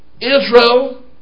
Israel